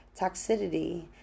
toxicity